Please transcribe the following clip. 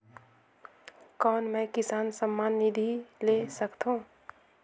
कौन मै किसान सम्मान निधि ले सकथौं?